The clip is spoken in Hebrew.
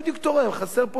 חסר פה שעשועים?